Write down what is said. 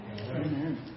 Amen